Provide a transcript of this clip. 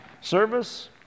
Service